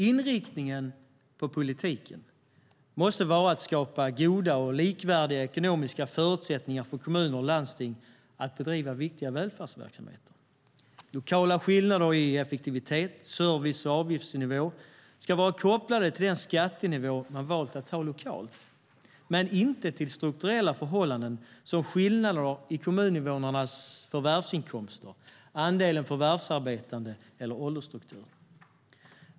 Inriktningen på politiken måste vara att skapa goda och likvärdiga ekonomiska förutsättningar för kommuner och landsting att bedriva viktiga välfärdsverksamheter. Lokala skillnader i effektivitet, service och avgiftsnivå ska vara kopplade till den skattenivå som man har valt att ha lokalt, men inte till strukturella förhållanden som skillnader i kommuninvånarnas förvärvsinkomster, andelen förvärvsarbetande eller åldersstruktur.